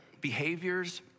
behaviors